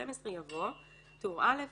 התשע"ג-2012 "פקודת היערות" יבוא: טור ב' טור א'